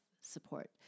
support